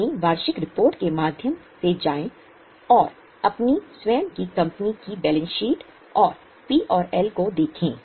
अपनी वार्षिक रिपोर्ट के माध्यम से जाएं और अपनी स्वयं की कंपनी की बैलेंस शीट और पी और एल को देखें